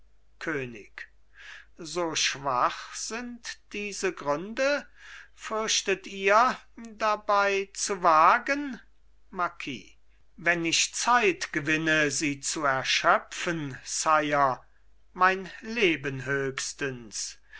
könig so schwach sind diese gründe fürchtet ihr dabei zu wagen marquis wenn ich zeit gewinne sie zu erschöpfen sire mein leben höchstens